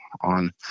on